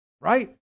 right